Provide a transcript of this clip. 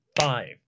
five